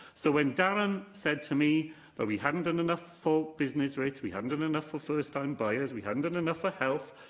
so, when darren said to me that we hadn't done enough for business rates, we hadn't done enough for first-time buyers, we hadn't done enough for health,